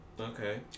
Okay